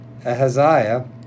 Ahaziah